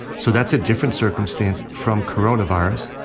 so that's a different circumstance from coronavirus,